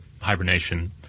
hibernation